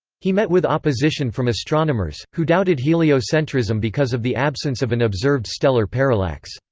he met with opposition from astronomers, who doubted heliocentrism because of the absence of an observed stellar parallax.